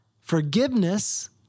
forgiveness